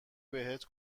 بهت